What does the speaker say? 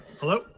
Hello